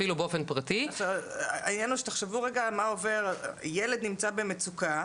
אפילו באופן פרטי - העניין הוא שתחשבו רגע מה עובר על ילד נמצא במצוקה,